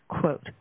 quote